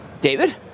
David